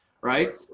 right